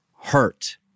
hurt